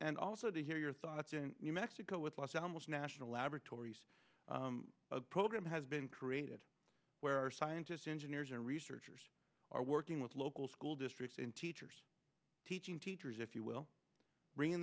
and also to hear your thoughts in new mexico with los alamos national laboratories a program has been created where our scientists engineers and researchers are working with local school districts in teachers teaching teachers if you will bringing